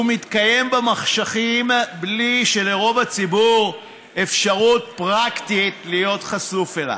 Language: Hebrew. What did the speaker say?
הוא מתקיים במחשכים בלי שלרוב הציבור יש אפשרות פרקטית להיות חשוף אליו.